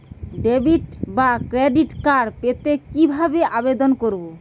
Debit বা credit card পেতে কি ভাবে আবেদন করব?